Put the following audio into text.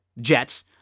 Jets